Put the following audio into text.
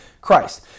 Christ